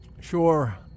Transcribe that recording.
Sure